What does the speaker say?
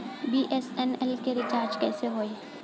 BSNL के recharge कैसे होयी?